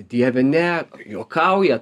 dieve ne juokauja